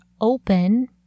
open